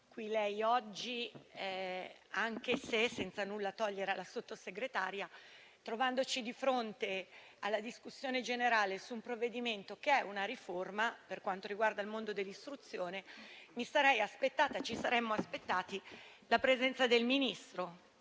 qui lei oggi. Senza nulla togliere alla Sottosegretaria, trovandoci di fronte alla discussione generale di un provvedimento che è una riforma del mondo dell'istruzione, ci saremmo però aspettati la presenza del Ministro,